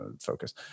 focus